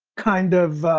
kind of,